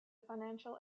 financial